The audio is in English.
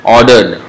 Ordered